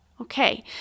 okay